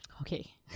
okay